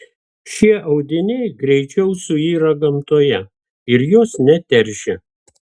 šie audiniai greičiau suyra gamtoje ir jos neteršia